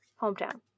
hometown